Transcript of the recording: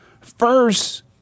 first